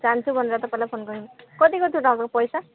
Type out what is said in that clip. जान्छु भनेर त पहिला फोन गरेको कति कति उठाउनु पैसा